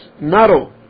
narrow